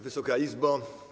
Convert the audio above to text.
Wysoka Izbo!